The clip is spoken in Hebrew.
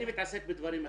אני מתעסק בדברים אחרים.